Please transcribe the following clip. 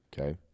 Okay